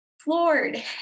floored